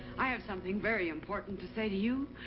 i have something very important to say to you.